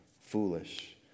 foolish